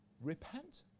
repent